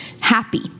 happy